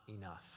enough